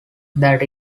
that